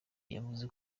yavuze